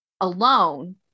alone